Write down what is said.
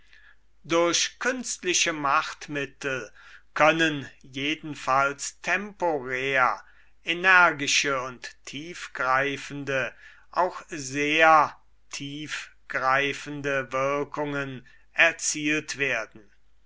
durch künstliche machtmittel können jedenfalls temporär energische und tiefgreifende auch sehr tiefgreifende wirkurtgen erzielt werden